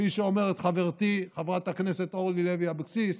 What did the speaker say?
כפי שאומרת חברתי חברת הכנסת אורלי לוי אבקסיס,